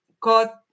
got